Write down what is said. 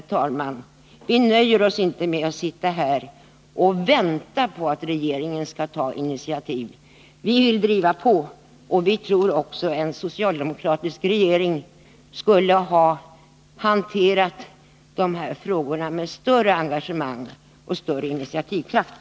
Vi nöjer oss inte, herr talman, med att sitta här och vänta på att regeringen skall ta initiativ. Vi vill driva på, och vi tror också att en socialdemokratisk regering skulle ha hanterat dessa frågor med större engagemang och större initiativkraft.